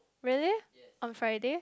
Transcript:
really on Friday